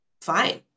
Fine